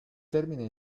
termine